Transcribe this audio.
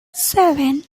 seven